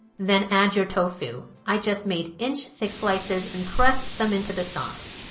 then add your tofu. i just made inch thick slices and pressed them into the sauce.